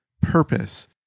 purpose